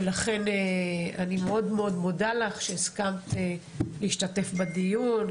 ולכן אני מודה לך מאוד שהסכמת להשתתף בדיון.